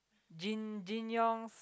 Jin Jin Yong